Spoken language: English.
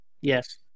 Yes